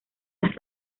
las